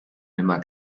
nimmer